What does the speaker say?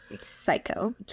Psycho